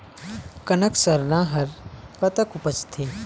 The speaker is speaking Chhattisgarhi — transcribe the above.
कनक सरना हर कतक उपजथे?